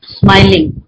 smiling